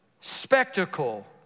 spectacle